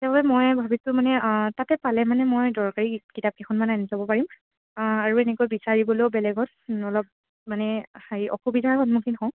সেইবাবে মই ভাবিছোঁ মানে তাতে পালে মানে মই দৰকাৰী কিতাপকেইখন মান আনি থ'ব পাৰিম আৰু এনেকৈ বিচাৰিবলৈও বেলেগত অলপ মানে হেৰি অসুবিধাৰ সন্মুখীন হওঁ